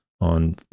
on